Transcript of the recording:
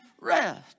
rest